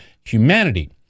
humanity